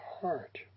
heart